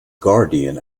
guardian